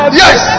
yes